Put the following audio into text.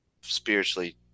spiritually